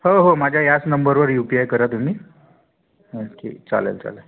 हो हो माझ्या याच नंबरवर यू पी आय करा तुम्ही नक्की चालेल चालेल